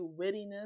wittiness